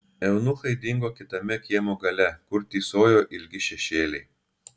eunuchai dingo kitame kiemo gale kur tįsojo ilgi šešėliai